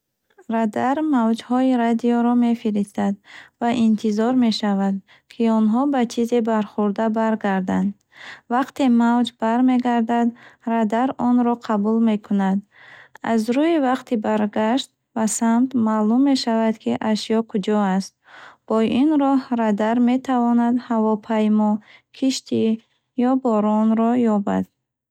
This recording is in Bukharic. Радар мавҷҳои радиоро мефиристад ва интизор мешавад, ки онҳо ба чизе бархӯрда, баргарданд. Вақте мавҷ бармегардад, радар онро қабул мекунад. Аз рӯи вақти баргашт ва самт, маълум мешавад, ки ашё куҷо аст. Бо ин роҳ, радар метавонад ҳавопаймо, киштӣ ё боронро ёбад.